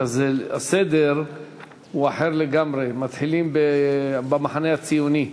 הסדר הוא אחר לגמרי, מתחילים במחנה הציוני.